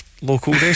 local